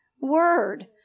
word